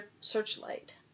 Searchlight